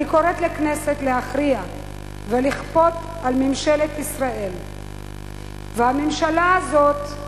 אני קוראת לכנסת להכריע ולכפות על ממשלת ישראל והממשלה הזאת,